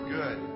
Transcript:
good